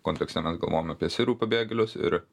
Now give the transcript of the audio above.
kontekste mes galvojam apie sirų pabėgėlius ir